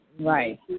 Right